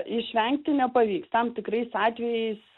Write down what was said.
išvengti nepavyks tam tikrais atvejais